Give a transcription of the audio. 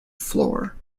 floor